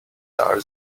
guitar